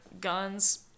guns